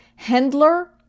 Hendler